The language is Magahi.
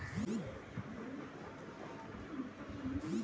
मुद्रास्फीतिर वजह हामी कमोडिटी बाजारल चुन नु